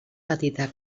petita